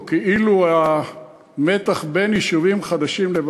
או כאילו המתח בין יישובים חדשים לוותיקים: